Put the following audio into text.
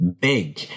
big